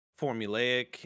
formulaic